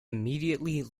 immediately